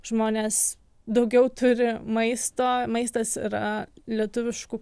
žmonės daugiau turi maisto maistas yra lietuviškų